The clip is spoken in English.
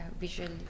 visually